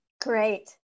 Great